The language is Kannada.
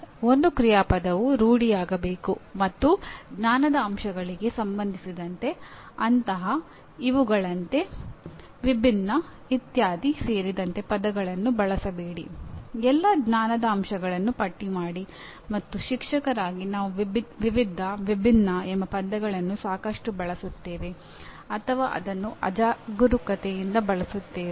ಇದಕ್ಕೆ ನೀವು ಒಪ್ಪುತ್ತೀರಾ ಅಥವಾ ನಿರ್ದಿಷ್ಟ ತತ್ತ್ವಶಾಸ್ತ್ರದ ಶಾಲೆಯಡಿಯಲ್ಲಿ ಕಾರ್ಯನಿರ್ವಹಿಸಲು ಬಯಸುತ್ತೀರಾ ಎಂದು ನೀವು ನಿರ್ಧರಿಸಬೇಕಾಗುತ್ತದೆ